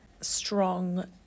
strong